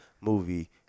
movie